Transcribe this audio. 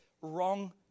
wrong